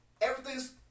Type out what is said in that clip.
everything's